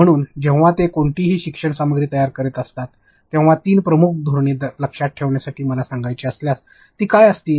म्हणून जेव्हा ते कोणतीही शिक्षण सामग्री तयार करीत असतात तेव्हा तीन प्रमुख धोरणे लक्षात ठेवण्यासाठी मला सांगायची असल्यास ती काय असतील